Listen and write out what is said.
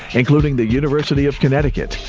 including the university of connecticut,